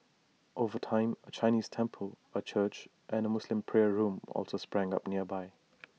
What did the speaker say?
over time A Chinese temple A church and A Muslim prayer room also sprang up nearby